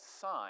sign